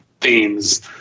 themes